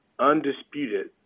undisputed